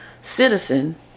citizen